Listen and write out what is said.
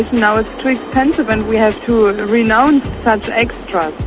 now it's too expensive and we have to renounce such extras